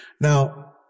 now